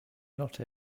not